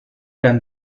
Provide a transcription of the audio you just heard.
dan